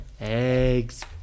Eggs